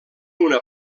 una